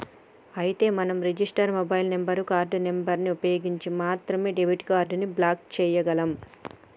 అయితే మనం register mobile number card number ని ఉపయోగించి మాత్రమే డెబిట్ కార్డు ని బ్లాక్ చేయగలం